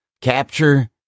Capture